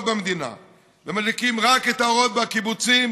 במדינה ומדליקים רק את האורות בקיבוצים,